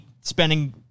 spending